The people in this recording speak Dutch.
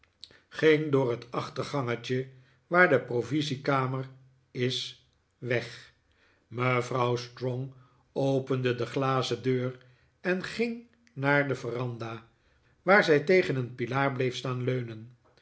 ging door het achtergangetje waar de provisiekamer is weg mevrouw strong opende de glazen deur en ging naar de veranda waar zij tegen een pilaar bleef staan leunen